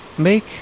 make